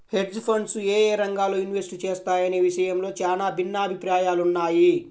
hedge funds యేయే రంగాల్లో invest చేస్తాయనే విషయంలో చానా భిన్నాభిప్రాయాలున్నయ్